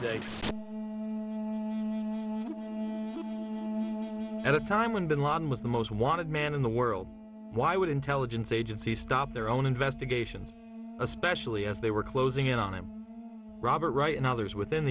day at a time when bin laden was the most wanted man in the world why would intelligence agencies stop their own investigations especially as they were closing in on him robert wright and others within